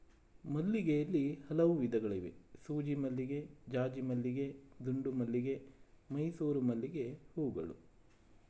ಮಲ್ಲಿಗೆಯಲ್ಲಿ ಹಲವು ವಿಧಗಳಿವೆ ಸೂಜಿಮಲ್ಲಿಗೆ ಜಾಜಿಮಲ್ಲಿಗೆ ದುಂಡುಮಲ್ಲಿಗೆ ಮೈಸೂರು ಮಲ್ಲಿಗೆಹೂಗಳು